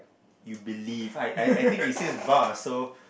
you believe I I think it says bar so